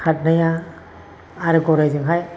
खारनाया आरो गरायजोंहाय